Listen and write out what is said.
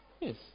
Yes